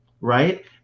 right